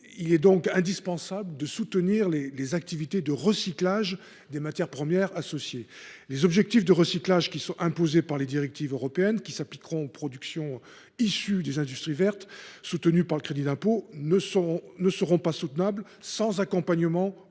il est indispensable de soutenir les activités de recyclage des matières premières associées. Les objectifs de recyclage imposés par les directives européennes, qui s’appliqueront aux productions issues des industries vertes soutenues par le C3IV, ne seront pas soutenables sans accompagnement aux